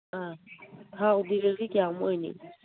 ꯑ ꯊꯥꯎꯗꯤꯒꯗꯤ ꯀꯌꯥꯃꯨꯛ ꯑꯣꯏꯅꯤ